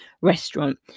restaurant